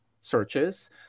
searches